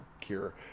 cure